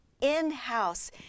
in-house